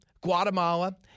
Guatemala